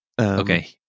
Okay